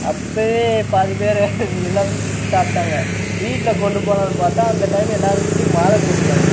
அப்போவே பாதி பேர் எல்லாத்தையும் பிரித்து சாப்பிட்டாங்க வீட்டில் கொண்டு போகலான்னு பார்த்தா அந்த டைம் எல்லார் வீட்லேயும் மாலை போட்டுருந்தாங்க